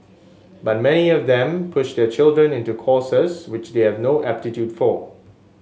but many of them push their children into courses which they have no aptitude for